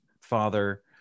father